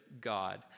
God